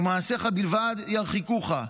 ומעשיך בלבד ירחיקוך.